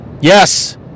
Yes